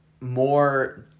more